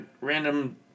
random